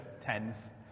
tens